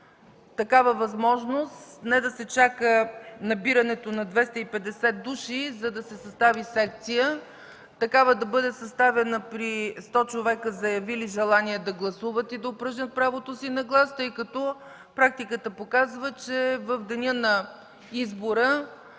такава възможност, а не да се чака набирането на 250 души, за да се състави секция. Такава да бъде съставена при 100 човека, заявили желание да гласуват и да упражнят правото си на глас, тъй като практиката показва, че в деня на избора